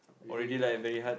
really